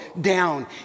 down